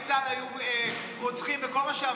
אותנו שאנחנו היינו גזענים וחיילי צה"ל היו רוצחים וכל מה שאמרתם,